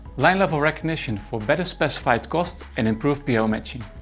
line level recognition for better-specified costs and improved pl ah matching.